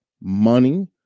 money